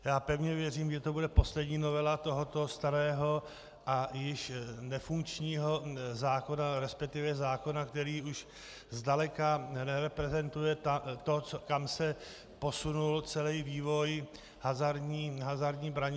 Já pevně věřím, že to bude poslední novela tohoto starého a již nefunkčního zákona, respektive zákona, který už zdaleka nereprezentuje to, kam se posunul celý vývoj hazardní branže.